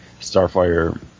starfire